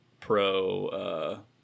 pro